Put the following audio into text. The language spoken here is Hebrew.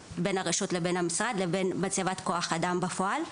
לבין המשרד - לבין מצבת כוח האדם בפועל.